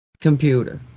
computer